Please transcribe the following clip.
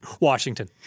Washington